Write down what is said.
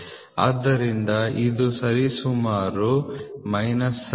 ಆದ್ದರಿಂದ ಇದು ಸರಿಸುಮಾರು ಮೈನಸ್ 79